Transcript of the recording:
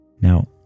Now